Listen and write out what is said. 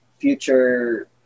future